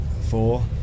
four